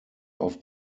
auf